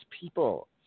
people